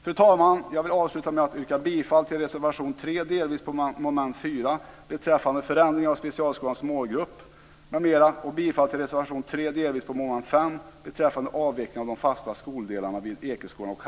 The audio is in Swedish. Fru talman! Jag vill avsluta med att yrka bifall till reservation 3, delvis, under mom. 4 beträffande förändring av specialskolans målgrupp, m.m. och bifall till reservation 3, delvis under mom. 5 beträffande avveckling av de fasta skoldelarna vid Ekeskolan och